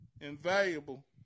invaluable